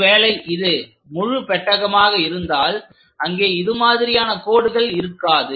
ஒருவேளை இது முழு பெட்டகமாக இருந்தால் அங்கே இது மாதிரியான கோடுகள் இருக்காது